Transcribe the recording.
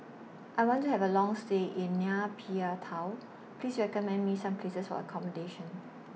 I want to Have A Long stay in Nay Pyi Taw Please recommend Me Some Places For accommodation